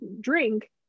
drink